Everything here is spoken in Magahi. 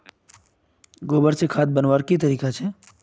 गोबर से खाद बनवार की तरीका छे?